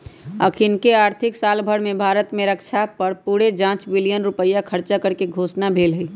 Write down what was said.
अखनीके आर्थिक साल में भारत में रक्षा पर पूरे पांच बिलियन रुपइया खर्चा करेके घोषणा भेल हई